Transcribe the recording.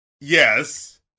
Yes